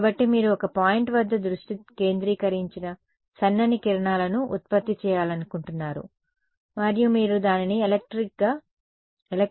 కాబట్టి మీరు ఒక పాయింట్ వద్ద దృష్టి కేంద్రీకరించిన సన్నని కిరణాలను ఉత్పత్తి చేయాలనుకుంటున్నారు మరియు మీరు దానిని ఎలక్ట్రానిక్గా నడిపించవచ్చు